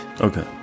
Okay